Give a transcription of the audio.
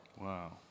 Wow